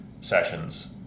sessions